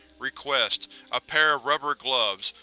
request a pair of rubber gloves.